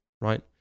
Right